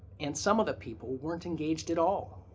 and some of the people weren't engaged at all.